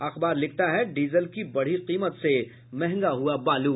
अखबार लिखता है डीजल की बढ़ी कीमत से महंगा हुआ बालू